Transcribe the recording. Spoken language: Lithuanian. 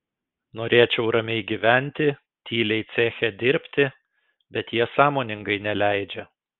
norėčiau ramiai gyventi tyliai ceche dirbti bet jie sąmoningai neleidžia